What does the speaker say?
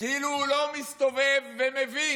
כאילו הוא לא מסתובב ומבין,